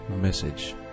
message